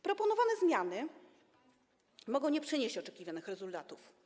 Proponowane zmiany mogą nie przynieść oczekiwanych rezultatów.